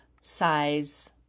size